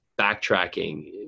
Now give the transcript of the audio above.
backtracking